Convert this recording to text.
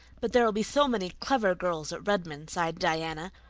but there'll be so many clever girls at redmond, sighed diana,